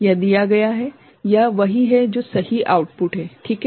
यह दिया गया है यह वही है जो सही आउटपुट है ठीक है